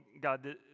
God